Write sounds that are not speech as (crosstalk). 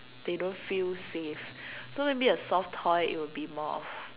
they don't feel safe (breath) so maybe a soft toy it'll be more of